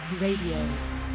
Radio